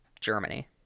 Germany